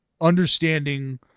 understanding